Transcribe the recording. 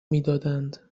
میدادند